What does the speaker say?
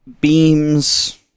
beams